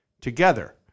together